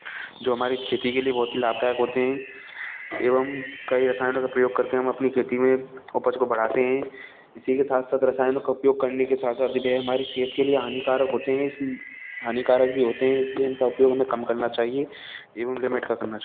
जो हमारी खेती के लिए बहुत ही लाभदायक होते हैं एवं कई रसायनों का प्रयोग करके हम अपनी खेती में उपज को बढ़ाते हैं इसीके साथ साथ रसायनों का उपयोग करने के साथ साथ यह हमारी सेहत के लिए हानिकारक होते हैं इसलिए हानिकारक भी होते हैं इसलिए इनका उपयोग भी हमें कम करना चाहिए एवं लिमिट का करना चा